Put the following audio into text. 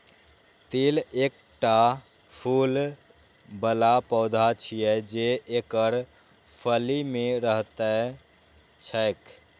तिल एकटा फूल बला पौधा छियै, जे एकर फली मे रहैत छैक